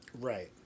Right